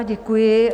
Děkuji.